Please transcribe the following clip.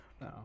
no